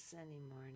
anymore